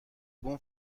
بوم